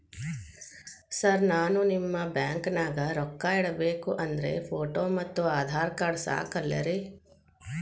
Sir ನಾನು ನಿಮ್ಮ ಬ್ಯಾಂಕನಾಗ ರೊಕ್ಕ ಇಡಬೇಕು ಅಂದ್ರೇ ಫೋಟೋ ಮತ್ತು ಆಧಾರ್ ಕಾರ್ಡ್ ಸಾಕ ಅಲ್ಲರೇ?